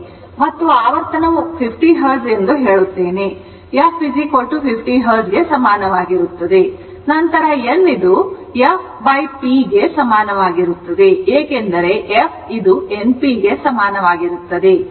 ಮತ್ತು ಆವರ್ತನವು 50 Hertz ಎಂದು ಹೇಳುತ್ತೇನೆ f50 Hertz ಗೆ ಸಮಾನವಾಗಿರುತ್ತದೆ ನಂತರ n fp ಗೆ ಸಮಾನವಾಗಿರುತ್ತದೆ ಏಕೆಂದರೆ fnp ಗೆ ಸಮಾನವಾಗಿರುತ್ತದೆ